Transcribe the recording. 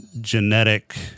genetic